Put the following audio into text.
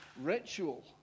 ritual